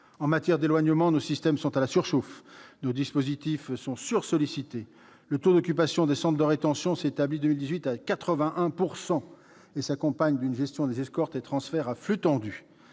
En matière d'éloignement, nos systèmes sont en surchauffe et nos dispositifs sont sursollicités : le taux d'occupation des centres de rétention s'établit cette année à 81 % et s'accompagne d'une gestion des escortes et des transferts à flux tendus.